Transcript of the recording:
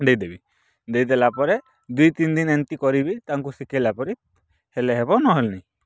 ଦେଇଦେବି ଦେଇଦେଲା ପରେ ଦୁଇ ତିନ ଦିନ ଏମିତି କରିବି ତାଙ୍କୁ ଶିଖେଇଲା ପରେ ହେଲେ ହେବ ନହେଲେ ନାଇଁ